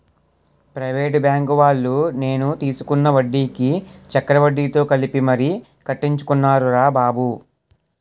private బాంకువాళ్ళు నేను తీసుకున్న వడ్డీకి చక్రవడ్డీతో కలిపి మరీ కట్టించుకున్నారురా బాబు